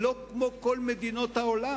היא לא כמו כל מדינות העולם.